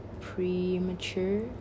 premature